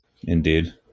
Indeed